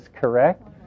correct